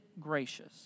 gracious